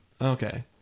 Okay